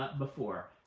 ah before?